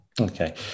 Okay